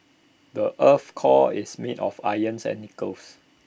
the Earth's core is made of irons and nickels